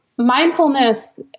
Mindfulness